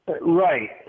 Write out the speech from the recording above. Right